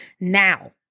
now